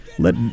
Let